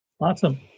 Awesome